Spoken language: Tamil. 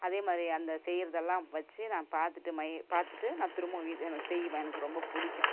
அதே மாதிரியே அந்த செய்கிறதெல்லாம் வச்சு நான் பார்த்துட்டு மை பார்த்துட்டு நான் திரும்பவும் வீ எனக்கு செய்வேன் எனக்கு ரொம்ப பிடிக்கும்